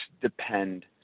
depend